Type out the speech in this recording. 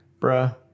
bruh